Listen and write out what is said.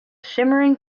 shimmering